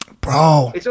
Bro